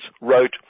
wrote